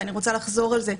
ואני רוצה לחזור על זה,